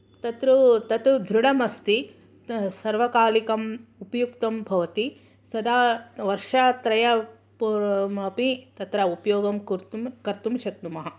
तत्रौ तद् तु दृढम् अस्ति सर्वकालीकम् उपयुक्तं भवति सदा वर्षात्रयपूर्वम् अपि तत्र उपयोगं कर्तुं शक्नुमः